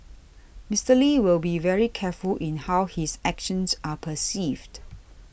Mister Lee will be very careful in how his actions are perceived